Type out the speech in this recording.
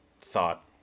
thought